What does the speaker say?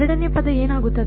ಎರಡನೇ ಪದ ಏನಾಗುತ್ತದೆ